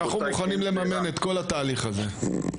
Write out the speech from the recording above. אנחנו מוכנים לממן את כל התהליך הזה.